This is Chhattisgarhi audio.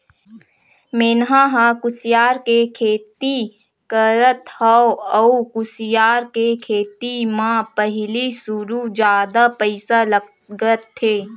मेंहा ह कुसियार के खेती करत हँव अउ कुसियार के खेती म पहिली सुरु जादा पइसा लगथे